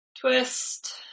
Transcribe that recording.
Twist